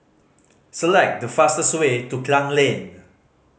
select the fastest way to Klang Lane